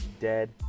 dead